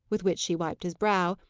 with which she wiped his brow,